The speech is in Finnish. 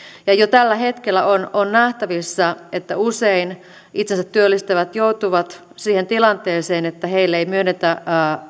ja jo tällä hetkellä on on nähtävissä että usein itsensätyöllistäjät joutuvat siihen tilanteeseen että heille ei myönnetä